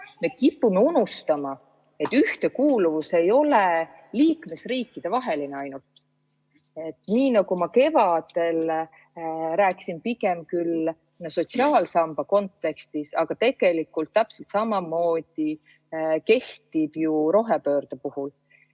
Me kipume unustama, et ühtekuuluvus ei ole ainult liikmesriikidevaheline. Seda ma rääkisin ka kevadel, pigem küll sotsiaalsamba kontekstis, aga tegelikult täpselt samamoodi kehtib see rohepöörde puhul.